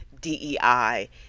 DEI